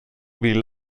vill